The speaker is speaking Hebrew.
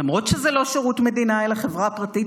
למרות שזה לא שירות מדינה אלא חברה פרטית,